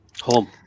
home